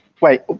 Wait